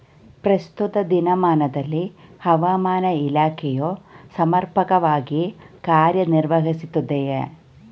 ಪ್ರಸ್ತುತ ದಿನಮಾನದಲ್ಲಿ ಹವಾಮಾನ ಇಲಾಖೆಯು ಸಮರ್ಪಕವಾಗಿ ಕಾರ್ಯ ನಿರ್ವಹಿಸುತ್ತಿದೆಯೇ?